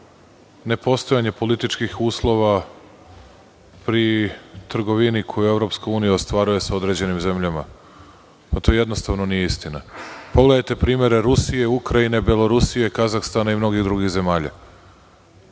nepostojanje političkih uslova pri trgovini koju EU ostvaruje sa određenim zemljama nije istina. Pogledajte primere Rusije, Ukrajine, Belorusije, Kazahstana i drugih zemalja.